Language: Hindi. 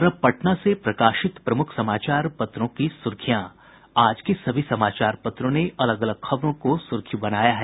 और अब पटना से प्रकाशित प्रमुख समाचार पत्रों की सुर्खियां आज के सभी समाचार पत्रों ने अलग अलग खबरों को सुर्खी बनाया है